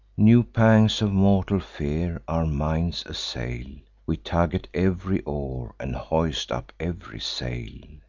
new pangs of mortal fear our minds assail we tug at ev'ry oar, and hoist up ev'ry sail,